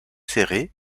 serrée